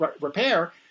repair